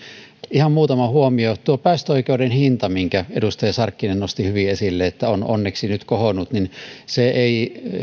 ihan muutama huomio päästöoikeuden hinnan nousu minkä edustaja sarkkinen nosti hyvin esille että se on onneksi nyt kohonnut ei